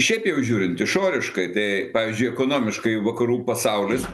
šiaip jau žiūrint išoriškai tai pavyzdžiui ekonomiškai vakarų pasaulis